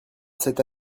cette